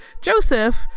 Joseph